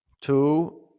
two